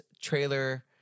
trailer